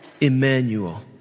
Emmanuel